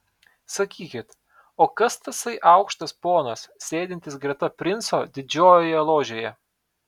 sakykit o kas tasai aukštas ponas sėdintis greta princo didžiojoje ložėje